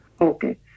okay